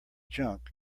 junk